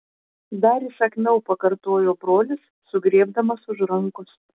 dar įsakmiau pakartojo brolis sugriebdamas už rankos